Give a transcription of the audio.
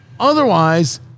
Otherwise